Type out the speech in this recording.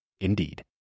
Indeed